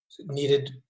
needed